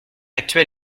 actuel